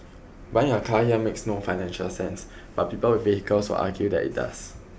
buying a car here makes no financial sense but people with vehicles will argue that it does